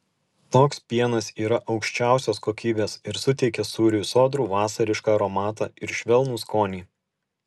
toks pienas yra aukščiausios kokybės ir suteikia sūriui sodrų vasarišką aromatą ir švelnų skonį